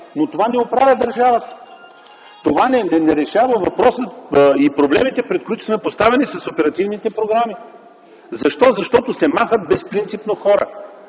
Но това не оправя държавата, това не решава въпроса и проблемите, пред които сме поставени с оперативните програми. Защо? Защото се махат безпринципно хора,